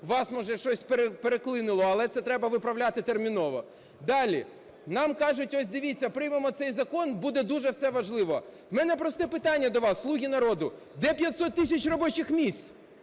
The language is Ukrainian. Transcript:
вас, може, щось переклинило, але це треба виправляти терміново. Далі. Нам кажуть, ось дивіться, приймемо цей закон, буде дуже все важливо. В мене просте питання до вас, "слуги народну": де 500 тисяч робочих місць,